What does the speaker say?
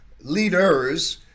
leaders